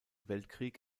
weltkrieg